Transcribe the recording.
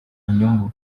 inyungu